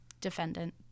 defendant